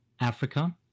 Africa